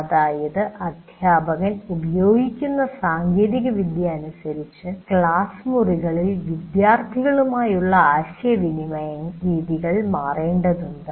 അതായത് അധ്യാപകൻ ഉപയോഗിക്കുന്ന സാങ്കേതിക വിദ്യ അനുസരിച്ച് ക്ലാസ് മുറികളിൽ വിദ്യാർഥികളുമായി ഉള്ള ആശയവിനിമയരീതികൾ മാറ്റേണ്ടതുണ്ട്